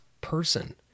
person